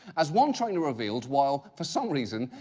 as one trainer revealed, while, for some reason,